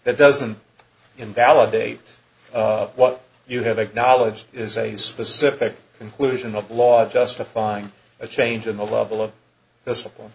that doesn't invalidate what you have acknowledged is a specific conclusion of law justifying a change in the level of discipline